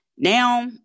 Now